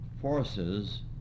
forces